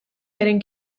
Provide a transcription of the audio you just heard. beren